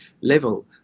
level